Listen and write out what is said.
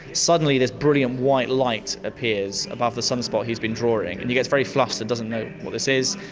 suddenly this brilliant white light appears above the sunspot he's been drawing and he gets very flustered, doesn't know what this is.